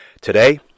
Today